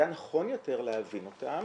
היה נכון יותר להבין אותם